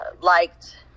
liked